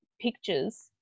pictures